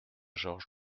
georges